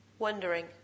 Wondering